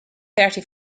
thirty